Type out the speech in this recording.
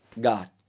god